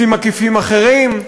מסים עקיפים אחרים,